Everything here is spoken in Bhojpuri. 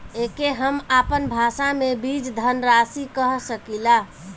एके हम आपन भाषा मे बीज धनराशि कह सकीला